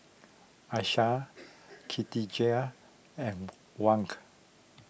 Aishah Katijah and Wank